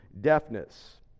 deafness